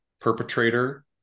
perpetrator